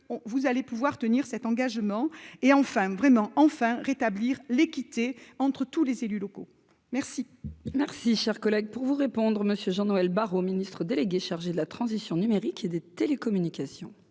vous allez pouvoir tenir cet engagement et enfin vraiment enfin rétablir l'équité entre tous les élus locaux, merci. Merci, cher collègue, pour vous répondre, monsieur Jean-Noël Barrot Ministre délégué chargé de la transition numérique et des télécommunications.